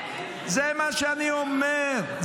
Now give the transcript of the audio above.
זה מה שאני אומר,